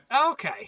okay